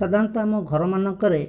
ସାଧାରଣତଃ ଆମ ଘରମାନଙ୍କରେ